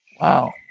Wow